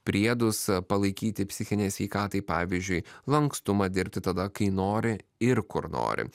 priedus palaikyti psichinei sveikatai pavyzdžiui lankstumą dirbti tada kai nori ir kur nori